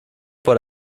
por